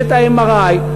יש ה-MRI,